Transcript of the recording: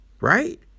Right